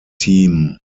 team